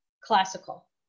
classical